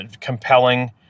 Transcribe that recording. compelling